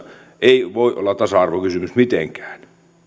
ei voi olla tasa arvokysymys